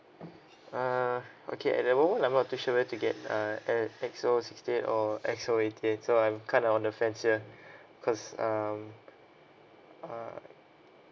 uh okay at the moment I'm not too sure want to get uh uh X_O sixty eight or X_O eighty eight so I'm kind of on the fence here because um uh